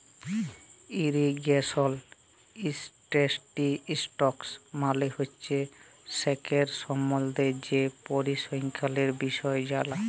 irrigation statistics মালে হছে সেঁচের সম্বল্ধে যে পরিসংখ্যালের বিষয় জালা